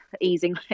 easing